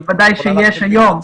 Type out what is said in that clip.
ודאי שיש היום.